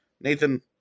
Nathan